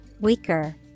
weaker